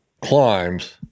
climbs